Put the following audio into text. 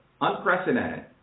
unprecedented